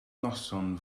noson